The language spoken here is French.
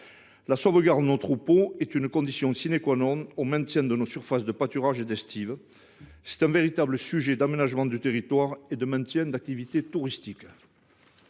La sauvegarde de nos éleveurs est une condition au maintien de nos surfaces de pâturage et d’estive. C’est un vrai sujet pour l’aménagement du territoire et le maintien d’activités touristiques.